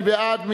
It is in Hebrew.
מי בעד?